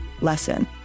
lesson